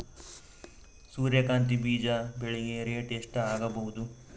ಸೂರ್ಯ ಕಾಂತಿ ಬೀಜ ಬೆಳಿಗೆ ರೇಟ್ ಎಷ್ಟ ಆಗಬಹುದು?